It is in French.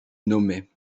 nommait